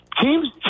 teams